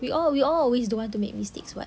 we all we all always don't want to make mistakes [what]